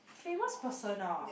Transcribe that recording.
famous person ah